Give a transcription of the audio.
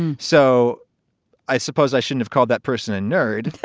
so i suppose i should have called that person a nerd.